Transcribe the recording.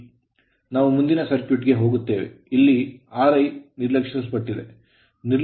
ನಾವು ಮುಂದಿನ ಸರ್ಕ್ಯೂಟ್ ಗೆ ಹೋಗುತ್ತೇವೆ ಇಲ್ಲಿ Ri ನಿರ್ಲಕ್ಷಿಸಲ್ಪಟ್ಟಿದೆ